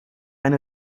eine